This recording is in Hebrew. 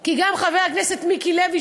כי גם חבר הכנסת מיקי לוי,